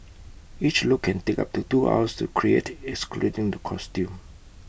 each look can take up to two hours to create excluding the costume